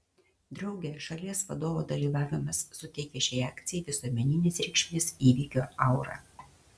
drauge šalies vadovo dalyvavimas suteikia šiai akcijai visuomeninės reikšmės įvykio aurą